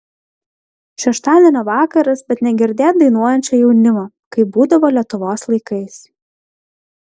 šeštadienio vakaras bet negirdėt dainuojančio jaunimo kaip būdavo lietuvos laikais